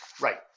Right